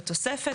התוספת